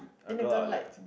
a girl I'll liked